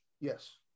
yes